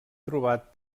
trobat